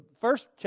first